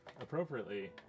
appropriately